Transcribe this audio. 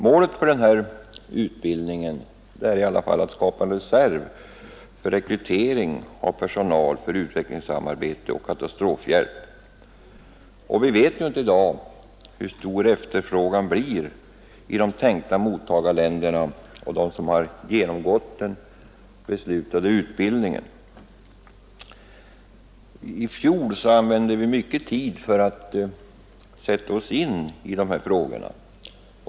Målet för denna utbildning är att skapa en reserv för rekrytering av personal för utvecklingssamarbete och katastrofhjälp, och vi vet i dag inte hur stor efterfrågan blir i de tänkta mottagarländerna på dem som genomgått den beslutade utbildningen. I fjol använde vi mycket tid för att sätta oss in i dessa frågor.